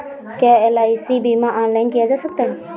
क्या एल.आई.सी बीमा ऑनलाइन किया जा सकता है?